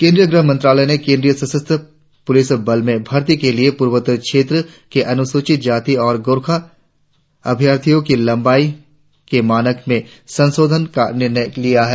केंद्रीय गृह मंत्रालय ने केंद्रीय सशस्त्र पुलिस बलों में भर्ती के लिए पुर्वोत्तर क्षेत्र के अनुसूचित जनजाति और गोरखा अभ्यार्थियों की लंबाई के मानक में संशोधन का निर्णय लिया है